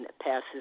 passes